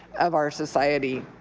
of our society.